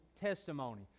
testimony